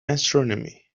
astronomy